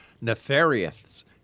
nefarious